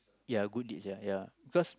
ya good deeds ya ya because